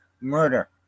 murder